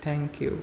thank you